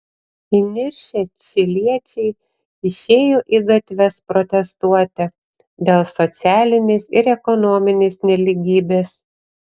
įniršę čiliečiai išėjo į gatves protestuoti dėl socialinės ir ekonominės nelygybės